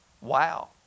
Wow